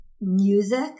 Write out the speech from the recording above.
music